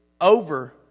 over